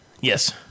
Yes